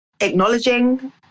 acknowledging